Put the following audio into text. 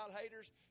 haters